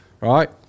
right